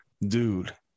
dude